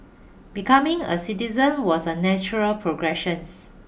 becoming a citizen was a natural progressions